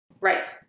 Right